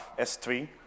S3